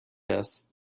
است